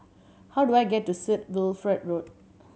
how do I get to St Wilfred Road